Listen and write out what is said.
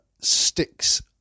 sticks